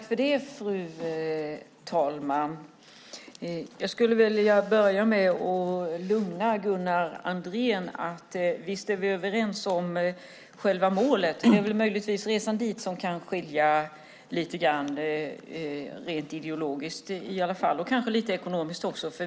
Fru talman! Jag vill börja med att lugna Gunnar Andrén med att vi visst är överens om själva målet. Det är väl möjligen resan dit som kan skilja sig lite grann, rent ideologiskt och kanske lite ekonomiskt.